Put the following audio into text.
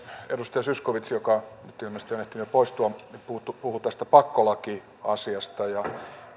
edustaja zyskowicz joka nyt ilmeisesti on ehtinyt poistua puhui tästä pakkolakiasiasta